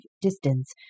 distance